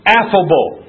affable